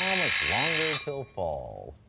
um much longer till fall.